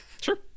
Sure